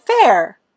fair